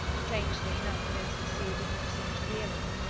strangely enough those pursued did not seem to realise,